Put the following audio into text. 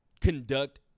conduct